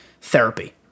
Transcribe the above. therapy